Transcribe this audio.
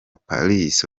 palisse